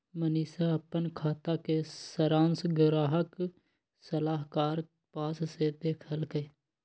मनीशा अप्पन खाता के सरांश गाहक सलाहकार के पास से देखलकई